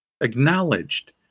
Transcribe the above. acknowledged